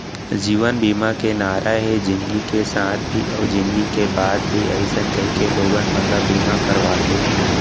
जीवन बीमा के नारा हे जिनगी के साथ भी अउ जिनगी के बाद भी अइसन कहिके लोगन मन ल बीमा करवाथे